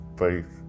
faith